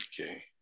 okay